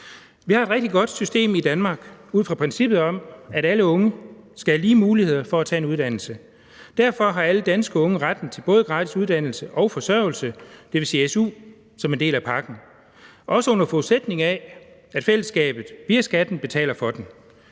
Vi har et rigtig godt system i Danmark ud fra princippet om, at alle unge skal have lige muligheder for at tage en uddannelse. Derfor har alle danske unge retten til både gratis uddannelse og forsørgelse, dvs. su, som en del af pakken, også under forudsætning af at fællesskabet via skatten betaler for den.